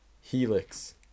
Helix